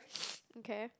okay